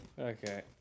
Okay